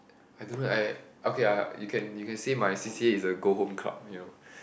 I don't know eh I okay ah you can you can say my C_C_A is a go home club you know